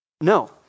No